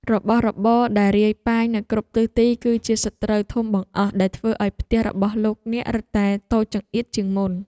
របស់របរដែលរាយប៉ាយនៅគ្រប់ទិសទីគឺជាសត្រូវធំបង្អស់ដែលធ្វើឱ្យផ្ទះរបស់លោកអ្នករឹតតែតូចចង្អៀតជាងមុន។